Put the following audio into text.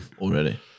Already